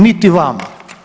Niti vama.